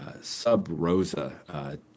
sub-Rosa